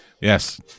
Yes